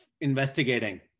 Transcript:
investigating